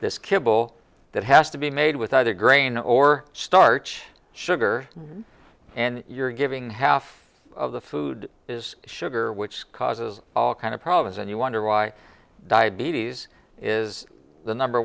this kibble that has to be made with either grain or starch sugar and you're giving half of the food is sugar which causes all kinds of problems and you wonder why diabetes is the number